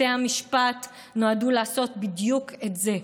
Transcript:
בתי המשפט נועדו לעשות בדיוק את זה,